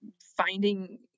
finding